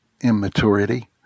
immaturity